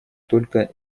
только